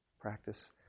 practice